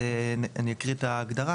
אני אקריא את ההגדרה